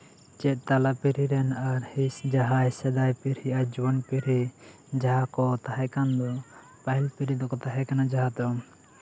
ᱪᱮᱫ ᱛᱟᱞᱟ ᱯᱤᱲᱦᱤ ᱨᱮᱱ ᱟᱨ ᱦᱤᱸᱥ ᱡᱟᱦᱟᱸᱭ ᱥᱮᱫᱟᱭ ᱯᱤᱲᱦᱤ ᱟᱨ ᱡᱩᱣᱟᱹᱱ ᱯᱤᱲᱦᱤ ᱡᱟᱦᱟᱸ ᱠᱚ ᱛᱟᱦᱮ ᱠᱟᱱ ᱫᱚ ᱯᱟᱹᱦᱤᱞ ᱯᱤᱲᱦᱤ ᱫᱚᱠᱚ ᱛᱟᱦᱮᱸ ᱠᱟᱱᱟ ᱡᱟᱦᱟᱸ ᱫᱚ